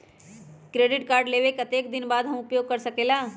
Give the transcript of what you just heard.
Credit card लेबे के कतेक दिन बाद हम उपयोग कर सकेला?